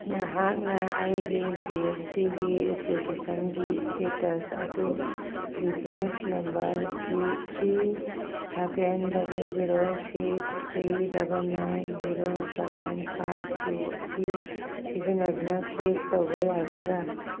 ꯅꯍꯥꯛꯅ ꯑꯩꯒꯤ G S ꯇꯤꯒꯤ ꯑꯦꯄ꯭ꯂꯤꯀꯦꯁꯟꯒꯤ ꯏꯁꯇꯦꯇꯁ ꯑꯗꯨ reference number three three seven double zero six three double nine zero seven five two ꯑꯁꯤ ꯁꯤꯖꯤꯟꯅꯗꯨꯅ ꯇ꯭ꯔꯦꯛ ꯇꯧꯕ ꯌꯥꯒꯗ꯭ꯔꯥ